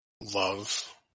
love